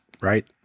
right